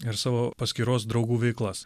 ir savo paskyros draugų veiklas